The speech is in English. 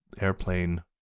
airplane